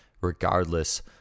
regardless